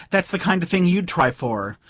that's the kind of thing you'd try for.